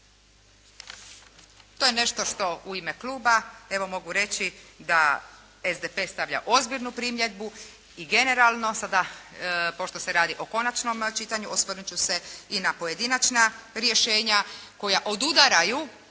To je nešto što u ime kluba evo mogu reći da SDP stavlja ozbiljnu primjedbu i generalno sada pošto se radi o konačnom čitanju osvrnut ću se i na pojedinačna rješenja koja odudaraju